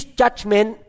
judgment